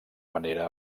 manera